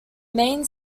main